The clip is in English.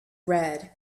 red